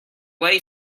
lay